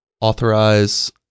authorize